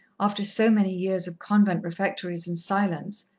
after so many years of convent refectories and silence,